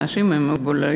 אנשים עם מוגבלויות.